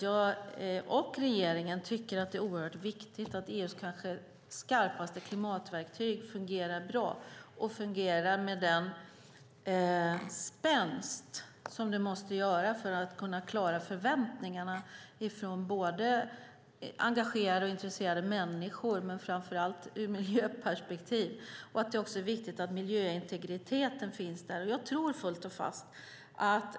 Jag och regeringen tycker att det är oerhört viktigt att EU:s kanske skarpaste klimatverktyg fungerar bra och med den spänst som det måste göra för att kunna klara förväntningarna från både engagerade och intresserade människor och framför allt ur miljöperspektiv. Det är också viktigt att miljöintegriteten finns där.